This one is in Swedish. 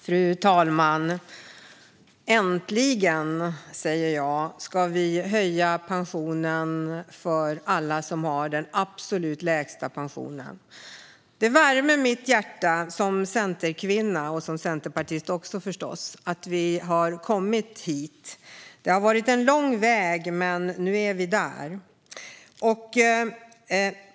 Fru talman! Äntligen, säger jag, ska vi höja pensionen för alla som har den absolut lägsta pensionen. Det värmer mitt hjärta som centerkvinna och förstås som centerpartist att vi har kommit dit. Det har varit en lång väg, men nu är vi där.